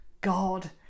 God